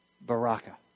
Baraka